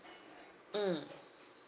mm